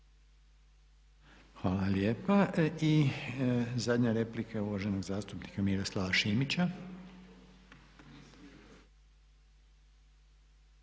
Hvala lijepa. I zadnja replika je uvaženog zastupnika Miroslava Šimića.